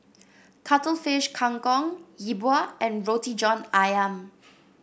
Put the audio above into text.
Cuttlefish Kang Kong Yi Bua and Roti John ayam